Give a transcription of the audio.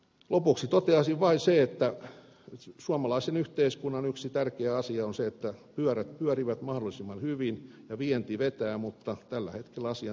lopuksi toteaisin vain sen että suomalaisen yhteiskunnan yksi tärkeä asia on se että pyörät pyörivät mahdollisimman hyvin ja vienti vetää mutta tällä hetkellä asian tila ei ole tämä